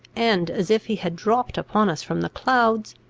and as if he had dropped upon us from the clouds,